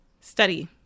study